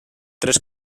tres